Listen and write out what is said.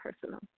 personal